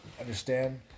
understand